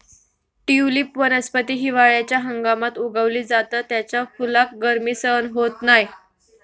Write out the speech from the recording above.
tulip वनस्पती हिवाळ्याच्या हंगामात उगवली जाता त्याच्या फुलाक गर्मी सहन होत नाय